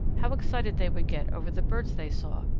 how excited they would get over the birds they saw!